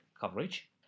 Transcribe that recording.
coverage